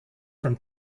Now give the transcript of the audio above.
from